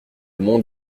monde